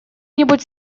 нибудь